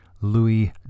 Louis